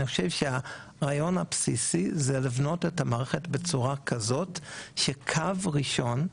אני חושב שהרעיון הבסיסי הוא לבנות את המערכת בצורה כזאת שקו ראשון,